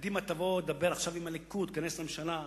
קדימה תדבר עכשיו עם הליכוד ותיכנס לממשלה,